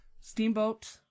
steamboat